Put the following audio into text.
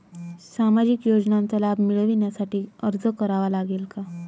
सामाजिक योजनांचा लाभ मिळविण्यासाठी अर्ज करावा लागेल का?